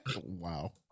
Wow